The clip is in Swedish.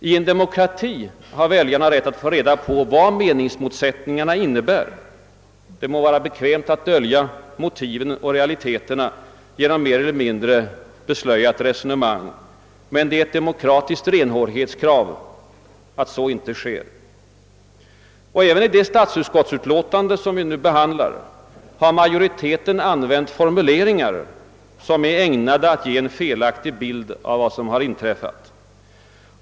I en demokrati har väljarna rätt att få reda på vad meningsmotsättningarna innebär. Det må vara bekvämt att dölja motiven och realiteterna genom mer eller mindre beslöjade resonemang, men det är ett demokratiskt renhårighetskrav att så inte sker. Även i det statsutskottsutlåtande som vi nu behandlar har majoriteten använt formuleringar som är ägnade att ge en felaktig bild av vad som har inträffat.